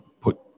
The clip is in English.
put